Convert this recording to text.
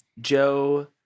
Joe